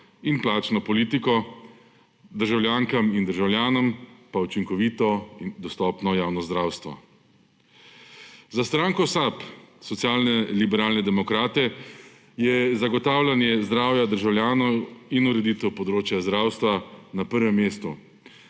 in plačno politiko, državljankam in državljanom pa učinkovito in dostopno javno zdravstvo. Za stranko SAB, socialne liberalne demokrate, je zagotavljanje zdravja državljanov in ureditev področja zdravstva na prvem mestu,